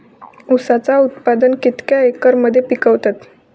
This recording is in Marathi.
ऊसाचा उत्पादन कितक्या एकर मध्ये पिकवतत?